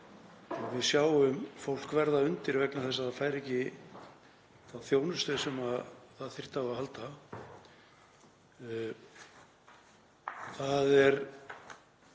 Við sjáum fólk verða undir vegna þess að það fær ekki þá þjónustu sem það þyrfti á að halda. Hluti